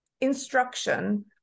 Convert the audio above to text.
instruction